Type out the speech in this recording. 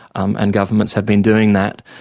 um and governments have been doing that,